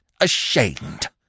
ashamed